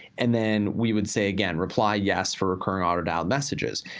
and then, we would say again reply yes for recurring autodialed messages.